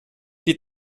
die